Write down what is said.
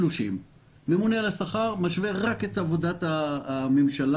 הממונה על השכר משווה רק את עבודת הממשלה